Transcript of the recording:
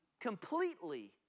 completely